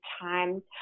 time